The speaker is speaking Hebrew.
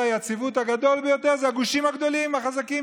היציבות הגדול ביותר זה הגושים הגדולים החזקים,